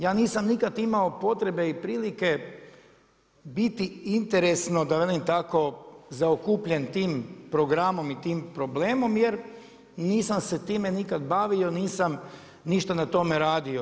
Ja nisam nikad imao potrebe i prilike biti interesno, da velim tako zaokupljen tim programom i tim problemom, jer nisam se time nikad bavio, nisam ništa na tome radio.